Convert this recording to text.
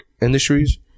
Industries